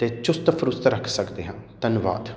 ਅਤੇ ਚੁਸਤ ਫਰੁਸਤ ਰੱਖ ਸਕਦੇ ਹਾਂ ਧੰਨਵਾਦ